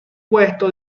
puesto